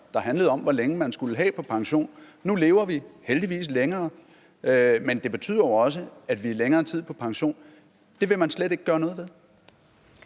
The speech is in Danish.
der handlede om, hvor længe man skulle være på pension. Nu lever vi heldigvis længere, men det betyder jo også, at vi er længere tid på pension. Det vil man slet ikke gøre noget ved?